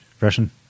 Russian